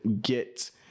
get